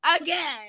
Again